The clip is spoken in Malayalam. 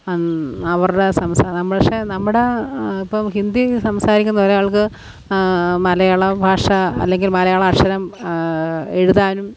അവരുടെ സംസാരം പക്ഷെ നമ്മുടെ ഇപ്പം ഹിന്ദി സംസാരിക്കുന്നൊരാൾക്ക് മലയാളഭാഷ അല്ലെങ്കിൽ മലയാള അക്ഷരം എഴുതാനും